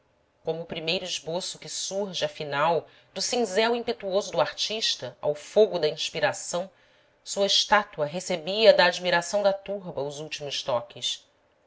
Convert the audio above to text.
como o primeiro esboço que surge afinal do cinzel impetuoso do artista ao fogo da inspiração sua estátua recebia da admiração da turba os últimos toques